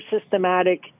systematic